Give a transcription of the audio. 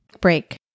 Break